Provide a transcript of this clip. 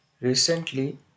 recently